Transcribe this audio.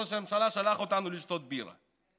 ראש הממשלה שלח אותנו לשתות בירה,